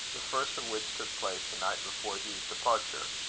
the first of which took place the night before hugh's departure,